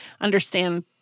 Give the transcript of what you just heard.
understand